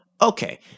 okay